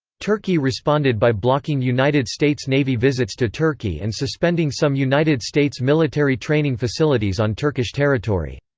turkey responded by blocking united states navy visits to turkey and suspending some united states military training facilities on turkish territory.